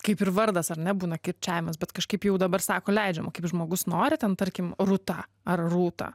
kaip ir vardas ar ne būna kirčiavimas bet kažkaip jau dabar sako leidžiama kaip žmogus nori ten tarkim rūta ar rūta